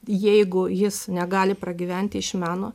jeigu jis negali pragyventi iš meno